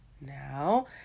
now